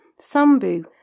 Sambu